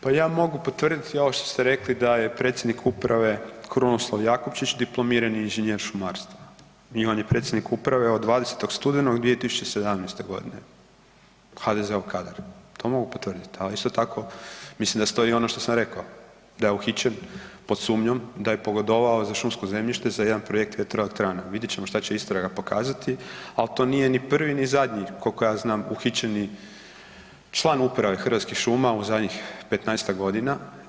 Pa ja mogu potvrdit kao što ste rekli da je predsjednik uprave Krunoslav Jakupčić dip. ing. šumarstva i on je predsjednik uprave od 20. studenog 2017.g., HDZ-ov kadar, to mogu potvrdit, a isto tako mislim da stoji ono što sam reko, da je uhićen pod sumnjom da je pogodovao za šumsko zemljište za jedan projekt vjetroelektrana, vidjet ćemo šta će istraga pokazati, al to nije ni prvi ni zadnji kolko ja znam uhićeni član uprave Hrvatskih šuma u zadnjih 15-tak godina.